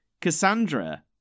Cassandra